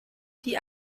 die